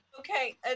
Okay